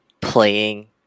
playing